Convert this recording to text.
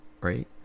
right